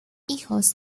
hijos